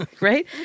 Right